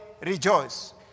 rejoice